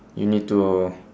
you need to